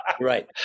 Right